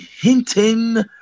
hinting